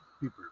people